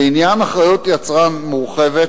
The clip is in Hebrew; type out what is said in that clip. לעניין אחריות יצרן מורחבת,